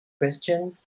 question